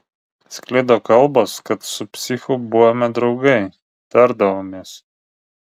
sklido kalbos kad su psichu buvome draugai tardavomės